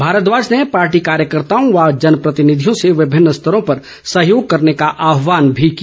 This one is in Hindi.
भारद्वाज ने पार्टी कार्यकर्ताओं व जनप्रतिनिधियों से विभिन्न स्तरों पर सहयोग करने का आहवान भी किया